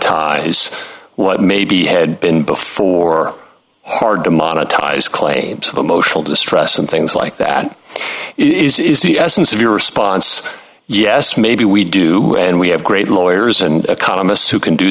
e what may be had been before hard to monetize claims of emotional distress and things like that is is the essence of your response yes maybe we do and we have great lawyers and economists who can do